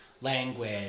language